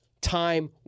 time